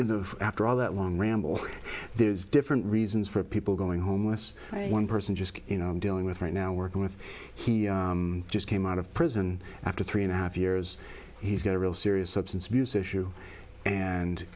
in the after all that long ramble there's different reasons for people going homeless and one person just you know dealing with right now working with he just came out of prison after three and a half years he's got a real serious substance abuse issue and